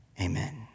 Amen